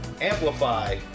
amplify